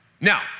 Now